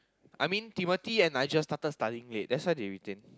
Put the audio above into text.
I mean Timothy and I just started studying late that's why they retain